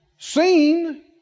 Seen